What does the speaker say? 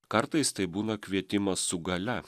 kartais tai būna kvietimas su galia